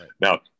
Now